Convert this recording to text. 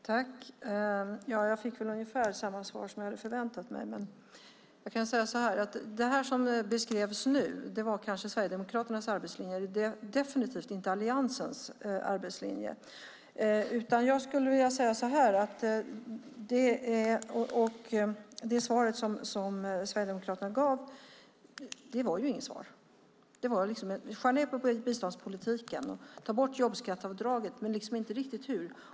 Herr talman! Jag fick ungefär samma svar som jag hade förväntat mig. Jag kan säga att det som beskrevs kanske är Sverigedemokraternas arbetslinje. Det är definitivt inte Alliansens arbetslinje. Det svar som Sverigedemokraterna gav var inget svar. Skär ned på biståndspolitiken och ta bort jobbskatteavdraget, men det sades liksom inte riktigt hur.